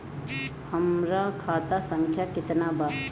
हमरा खाता संख्या केतना बा?